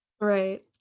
right